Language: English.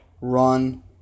Run